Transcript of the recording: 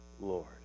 Lord